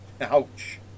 Ouch